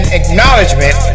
acknowledgement